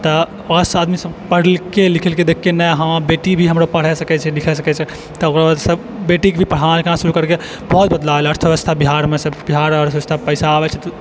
तऽ पांच सए आदमी सऽ पढ़ लिखके देखेलके ना हमर बेटी भी हमरो पढ़य सकै छै लिखय सकै छै तकर बाद सब बेटी के पढ़ेनाइ लिखेनाइ शुरू करलकै बहुत बदलाव अयलै अर्थव्यवस्था बिहारमे बिहारमे अर्थव्यवस्था पैसा आबै छै कि